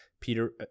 Peter